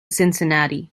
cincinnati